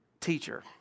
teacher